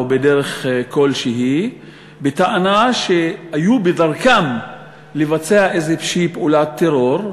בדרך כלשהי בטענה שהיו בדרכם לבצע איזושהי פעולת טרור,